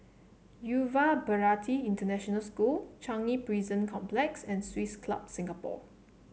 Yuva Bharati International School Changi Prison Complex and Swiss Club Singapore